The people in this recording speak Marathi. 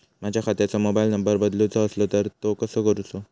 माझ्या खात्याचो मोबाईल नंबर बदलुचो असलो तर तो कसो करूचो?